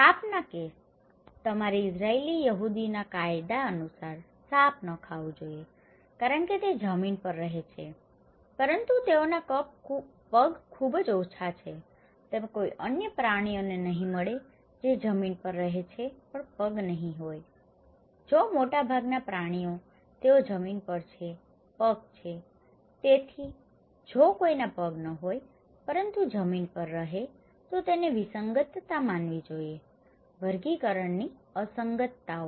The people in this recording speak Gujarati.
સાપના કેસ તમારે ઇઝરાઇલી યહૂદીઓના કાયદા અનુસાર સાપ ન ખાવું જોઈએ કારણ કે તેઓ જમીન પર રહે છે પરંતુ તેઓના પગ ખૂબ જ ઓછા છે તમને કોઈ અન્ય પ્રાણીઓ નહીં મળે જે જમીન પર રહે છે પણ પગ નહીં હોય જો મોટાભાગના પ્રાણીઓ તેઓ જમીન પર છે પગ છે તેથી જો કોઈના પગ ન હોય પરંતુ જમીન પર રહે છે તો તેને વિસંગતતા માનવી જોઈએવર્ગીકરણની અસંગતતાઓ